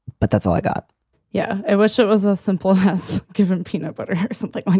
but that's all i got yeah, it was so it was a simple has given peanut butter something